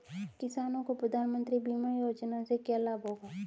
किसानों को प्रधानमंत्री बीमा योजना से क्या लाभ होगा?